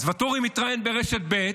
אז ואטורי מתראיין ברשת ב',